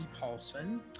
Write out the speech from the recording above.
Paulson